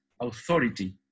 authority